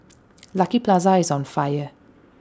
Lucky Plaza is on fire